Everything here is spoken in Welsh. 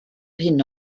hyn